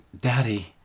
Daddy